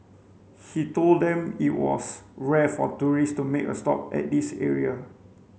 he told them it was rare for tourist to make a stop at this area